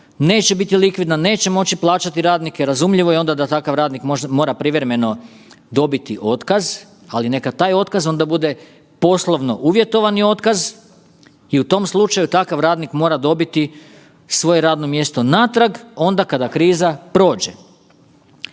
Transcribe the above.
neće biti likvidna, neće moći plaćati radnike, razumljivo je onda da takav radnik mora privremeno dobiti otkaz, ali neka taj otkaz onda bude poslovno uvjetovani otkaz i u tom slučaju takav radnik mora dobiti svoje radno mjesto natrag onda kada kriza prođe.